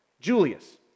Julius